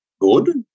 good